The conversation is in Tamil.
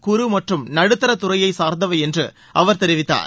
குறு மற்றும் நடுத்தர துறையைச் சார்ந்தவை என்று அவர் தெரிவித்தார்